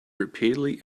repeatedly